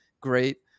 great